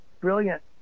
brilliant